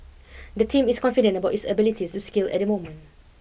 the team is confident about its ability to scale at the moment